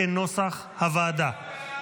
כנוסח הוועדה,